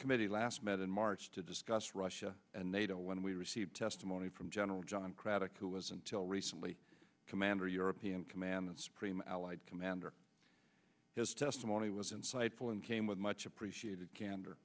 committee last met in march to discuss russia and nato when we received testimony from general john craddock who was until recently commander european command and supreme allied commander his testimony was insightful and came with much appreciated candor